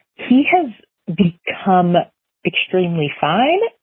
she has become extremely fine.